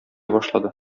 башлады